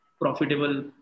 profitable